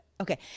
Okay